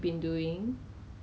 今天早上 ah